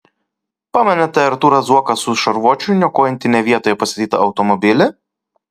pamenate artūrą zuoką su šarvuočiu niokojantį ne vietoje pastatytą automobilį